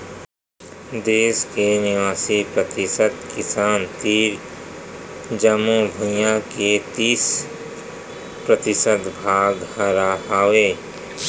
देस के नवासी परतिसत किसान तीर जमो भुइयां के तीस परतिसत भाग हर हावय